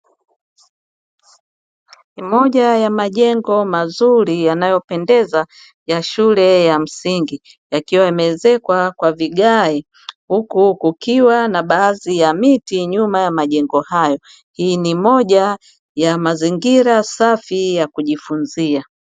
Moja ya majengo mazuri yanayopendeza ya shule ya msingi, yakiwa yameezekwa kwa vigae huku kukiwa na baadhi ya miti nyuma ya majengo hayo hii ni moja ya mazingira safi ya kujifunzia.